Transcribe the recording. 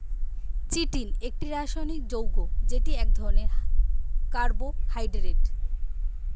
chitin একটি রাসায়নিক যৌগ্য যেটি এক ধরণের কার্বোহাইড্রেট